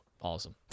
awesome